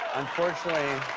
unfortunately.